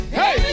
hey